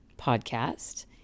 podcast